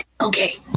okay